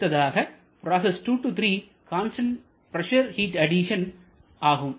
அடுத்ததாக process 2 3 constant pressure heat addition ஆகும்